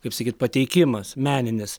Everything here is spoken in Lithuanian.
kaip sakyt pateikimas meninis